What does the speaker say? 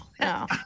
no